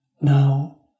Now